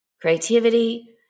creativity